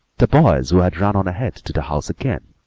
the boys, who had run on ahead to the house again,